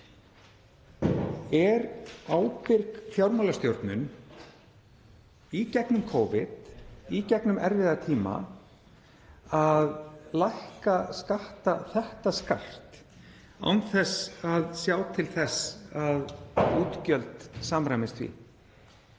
Er ábyrg fjármálastjórnun í gegnum Covid, í gegnum erfiða tíma að lækka skatta þetta skarpt án þess að sjá til þess að útgjöld samræmist því